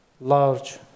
large